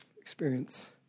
experience